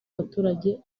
abaturage